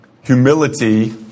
humility